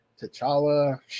T'Challa